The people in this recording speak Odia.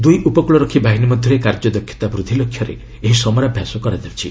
ଦୁଇ ଉପକୂଳରକ୍ଷୀ ବାହିନୀ ମଧ୍ୟରେ କାର୍ଯ୍ୟଦକ୍ଷତା ବୃଦ୍ଧି ଲକ୍ଷ୍ୟରେ ଏହି ସମରାଭ୍ୟାସ କରାଯାଉଛି